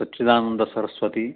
Sachchidananda Saraswati